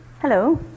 Hello